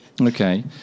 Okay